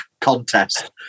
contest